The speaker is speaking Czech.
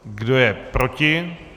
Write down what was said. Kdo je proti?